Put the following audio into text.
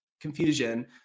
confusion